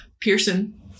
Pearson